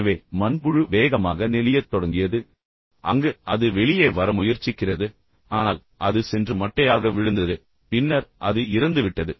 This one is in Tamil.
எனவே மண்புழு வேகமாக நெளியத் தொடங்கியது அங்கு அது வெளியே வர முயற்சிக்கிறது ஆனால் அது சென்று மட்டையாக விழுந்தது பின்னர் அது இறந்துவிட்டது